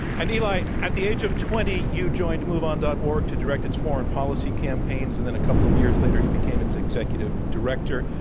and eli, at the age of twenty, you joined moveon. org to direct its foreign policy campaigns. and then a couple of years later, you became its executive director.